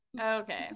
Okay